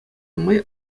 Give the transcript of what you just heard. нумай